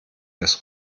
des